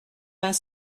vingt